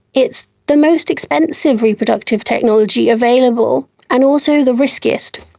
it's the most expensive reproductive technology available, and also the riskiest.